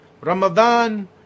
Ramadan